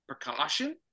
precaution